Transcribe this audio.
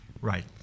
Right